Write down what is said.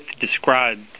described